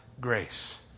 grace